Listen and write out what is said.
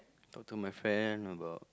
talk to my friend about